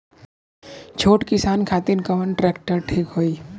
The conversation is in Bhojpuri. छोट किसान खातिर कवन ट्रेक्टर ठीक होई?